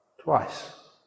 twice